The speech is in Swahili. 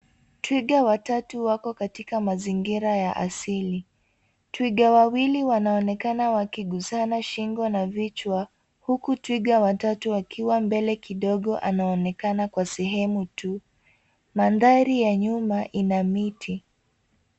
Twiga watatu wako katika mazingira ya asili. Twiga wawili wanaonekana wakigusana shingo na vichwa, huku twiga wa tatu akiwa mbele kidogo anaonekana kwa sehemu tu. Mandhari ya nyuma ina miti.